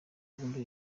ibihumbi